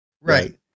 Right